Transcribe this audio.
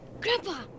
Grandpa